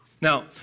Now